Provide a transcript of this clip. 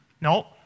No